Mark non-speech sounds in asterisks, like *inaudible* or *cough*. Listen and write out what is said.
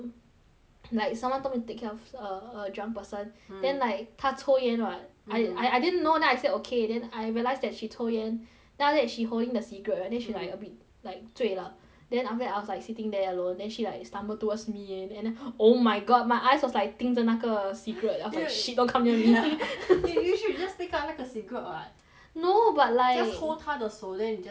like someone told me take care of a a drunk person mm then like 她抽烟 [what] mm I I didn't know then I said okay then I realised that she 抽烟 then after that she holding the cigarette mm then she like a bit like 醉了 then after that I was like sitting there alone then she like stumbled towards me eh and then oh my god my eyes was like 盯着那个 cigarette then I was like shit you~ don't come near me *laughs* you~ you should just take out 那个 cigarette [what] no but like just hold 她的手 then 你 just 你拿出来